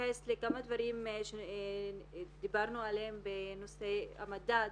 לכמה דברים שדיברנו עליהם בנושא המדד